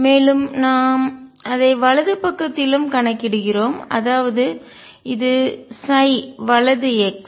மேலும் நாம் அதை வலது பக்கத்திலும் கணக்கிடுகிறோம் அதாவது இது வலது x